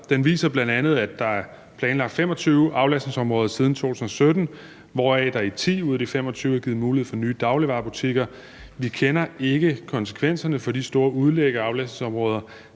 Den viser bl.a., at der er planlagt 25 aflastningsområder siden 2017, hvoraf der i 10 ud af de 25 er blevet givet mulighed for nye dagligvarebutikker. Vi kender ikke konsekvenserne af de store udlæg af aflastningsområder,